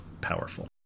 powerful